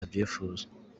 abyifuza